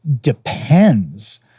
depends